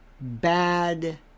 bad